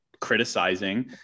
criticizing